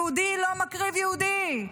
יהודי לא מקריב יהודי.